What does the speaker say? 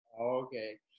Okay